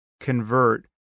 convert